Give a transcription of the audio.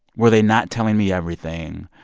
were they not telling me everything?